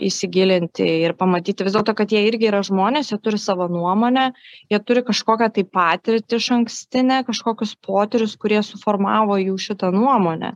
įsigilinti ir pamatyti vis dėlto kad jie irgi yra žmonės jie turi savo nuomonę jie turi kažkokią tai patirtį išankstinę kažkokius potyrius kurie suformavo jų šitą nuomonę